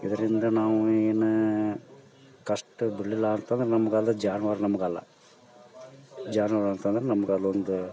ಇದರಿಂದ ನಾವು ಏನು ಕಷ್ಟಬಿಡ್ಲಿಲ್ಲ ಅಂತಂದ್ರೆ ನಮ್ಗೆ ಅದು ಜಾನ್ವಾರು ನಮ್ಗೆಲ್ಲ ಜಾನ್ವಾರು ಅಂತಂದ್ರೆ ನಮ್ಗೆ ಅದೊಂದು